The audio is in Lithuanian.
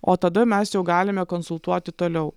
o tada mes jau galime konsultuoti toliau